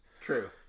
True